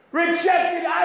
rejected